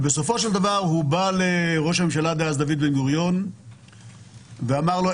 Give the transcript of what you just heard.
ובסופו של דבר הוא בא לראש הממשלה דאז דוד בן גוריון ואמר לו,